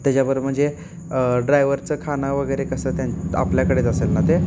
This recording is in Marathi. त्याच्याबरोबर म्हणजे ड्रायवरचं खाणं वगैरे कसं त्यां आपल्याकडेच असेल ना ते